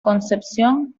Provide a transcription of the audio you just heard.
concepción